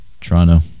Toronto